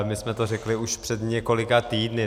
My jsme to už řekli před několika týdny.